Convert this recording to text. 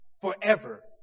forever